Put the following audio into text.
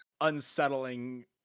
unsettling